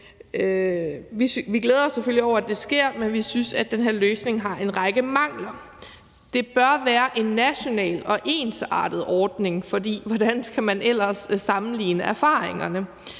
Vi glæder os selvfølgelig over, at det sker, men vi synes, at den her løsning har en række mangler. Det bør være en national og ensartet ordning, for hvordan skal man ellers sammenligne erfaringerne?